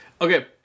Okay